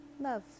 love